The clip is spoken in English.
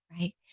Right